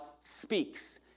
speaks